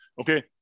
Okay